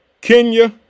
Kenya